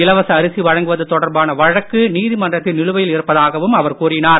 இலவச அரிசி வழங்குவது தொடர்பான வழக்கு நீதிமன்றத்தில் நிலுவையில் இருப்பதாகவும் கூறினார்